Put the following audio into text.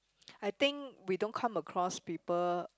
I think we don't come across people